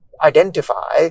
identify